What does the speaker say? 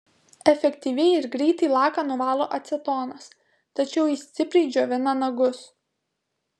efektyviai ir greitai laką nuvalo acetonas tačiau jis stipriai džiovina nagus